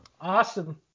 Awesome